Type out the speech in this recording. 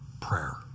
prayer